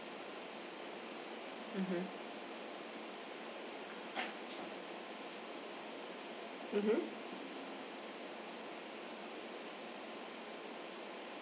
mmhmm mmhmm